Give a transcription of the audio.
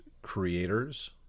creators